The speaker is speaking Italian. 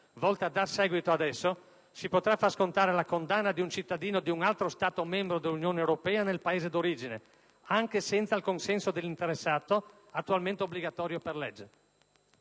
volte a dar seguito ad esso, si potrà far scontare la condanna di un cittadino di un altro Stato membro dell'Unione europea nel Paese d'origine, anche senza il consenso dell'interessato, attualmente obbligatorio per legge.